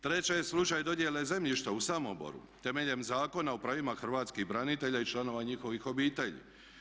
Treće je slučaj dodjele zemljišta u Samoboru temeljem Zakona o pravima Hrvatskih branitelja i članova njihovih obitelji.